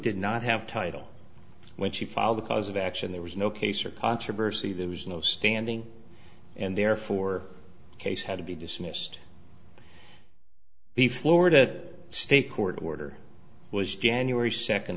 did not have title when she filed the cause of action there was no case or controversy there was no standing and therefore the case had to be dismissed the florida state court order was january second